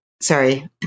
Sorry